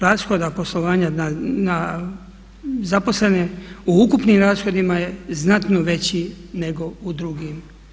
I udio rashoda poslovanja na zaposlene u ukupnim rashodima je znatno veći nego u drugim.